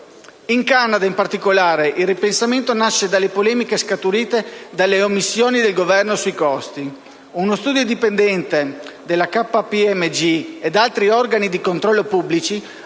In Canada, in particolare, il ripensamento nasce dalle polemiche scaturite dalle omissioni del Governo sui costi: uno studio indipendente della KPMG ed altri organi di controllo pubblici